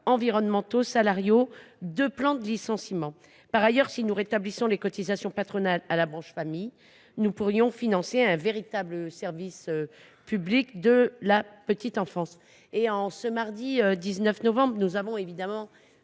environnementale, salariale et de plan de licenciement. Par ailleurs, en rétablissant les cotisations patronales à la branche famille, nous pourrions financer un véritable service public de la petite enfance. En ce mardi 19 novembre, nous avons évidemment